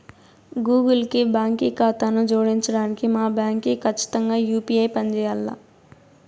Google కి బాంకీ కాతాను జోడించడానికి మా బాంకీ కచ్చితంగా యూ.పీ.ఐ పంజేయాల్ల